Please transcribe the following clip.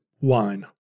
wine